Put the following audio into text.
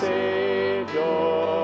Savior